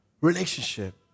Relationship